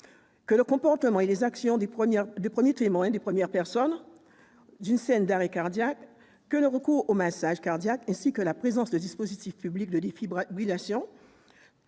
que le comportement et les actions des premiers témoins d'une scène d'arrêt cardiaque, que le recours au massage cardiaque ainsi que la présence de dispositifs publics de défibrillation